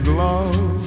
love